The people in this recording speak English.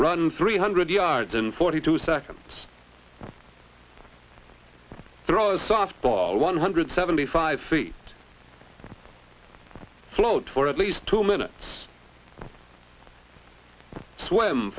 run three hundred yards in forty two seconds throw a softball one hundred seventy five feet float for at least two minutes swim